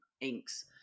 inks